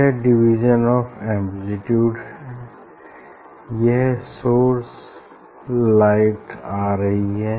यह division of amplitude है यह सोर्स लाइट आ रही है